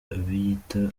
abiyita